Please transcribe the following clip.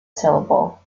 syllable